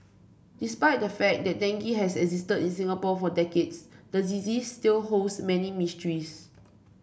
despite the fact that dengue has existed in Singapore for decades the disease still holds many mysteries